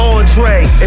Andre